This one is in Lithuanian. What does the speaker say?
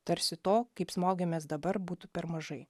tarsi to kaip smogėmės dabar būtų per mažai